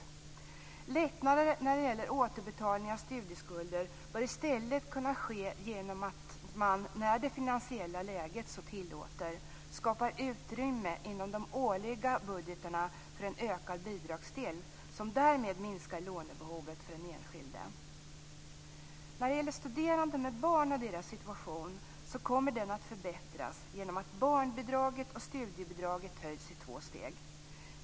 Lättnader när det gäller återbetalning av studieskulder bör i stället kunna ske genom att man när det finansiella läget så tillåter skapar utrymme inom de årliga budgetarna för en ökad bidragsdel, som därmed minskar lånebehovet för den enskilde. Situationen för studerande med barn kommer att förbättras genom att barnbidraget och studiebidraget höjs i två steg.